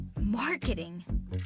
Marketing